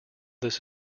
this